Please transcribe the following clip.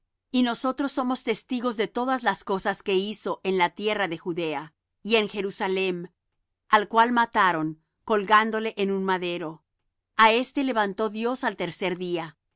y nosotros somos testigos de todas las cosas que hizo en la tierra de judea y en jerusalem al cual mataron colgándole en un madero a éste levantó dios al tercer día